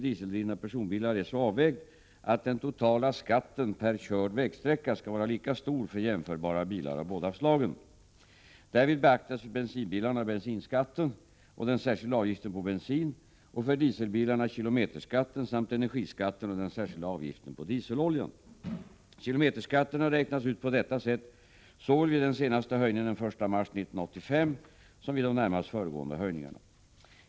dieseldrivna personbilar är så avvägd att den totala skatten per körd vägsträcka skall vara lika stor för jämförbara bilar av båda slagen. Därvid beaktas för bensinbilarna bensinskatten och den särskilda avgiften på bensin och för dieselbilarna kilometerskatten samt energiskatten och den särskilda avgiften på dieseloljan. Kilometerskatten har räknats ut på detta sätt såväl vid den senaste höjningen den 1 mars 1985 som vid de närmast föregående höjningarna.